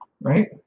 right